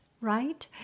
right